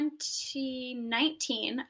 2019